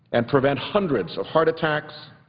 and prevent hundreds of heart attacks,